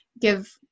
give